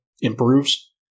improves